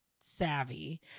savvy